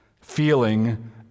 feeling